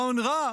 רעיון רע?